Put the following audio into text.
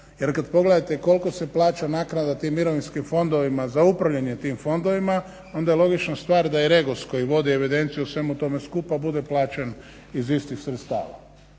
jer kad pogledate koliko se plaća naknada tim mirovinskim fondovima za upravljanje fondovima onda je logična stvar da i Regos koji vodi evidenciju o svemu tome skupa bude plaćen iz istih sredstava.